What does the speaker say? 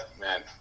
man